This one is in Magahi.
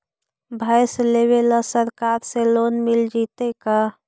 भैंस लेबे ल सरकार से लोन मिल जइतै का?